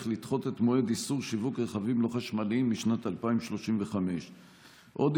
לדחות את מועד איסור שיווק רכבים לא חשמליים לשנת 2035. עוד